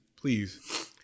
Please